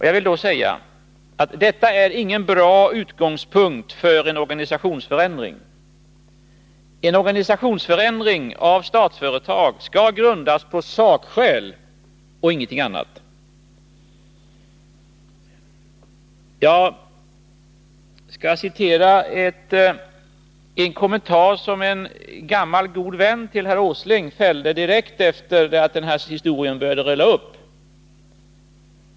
Jag vill säga: Det är ingen bra utgångspunkt för en organisationsförändring. En organisationsförändring av Statsföretag skall grundas på sakskäl och ingenting annat. Jag skall citera en kommentar som en gammal god vän till herr Åsling fällde direkt efter det att den här historien började rulla upp.